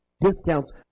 Discounts